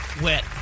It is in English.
wet